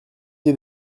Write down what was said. dié